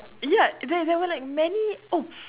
ya there there were like many oh